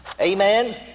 Amen